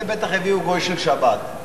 בטח הביאו גוי של שבת.